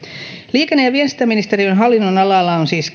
liikenne ja viestintäministeriön hallinnonalalla on siis